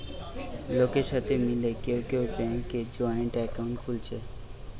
লোকের সাথে মিলে কেউ কেউ ব্যাংকে জয়েন্ট একাউন্ট খুলছে